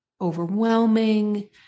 overwhelming